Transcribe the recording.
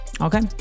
Okay